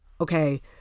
okay